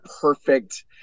perfect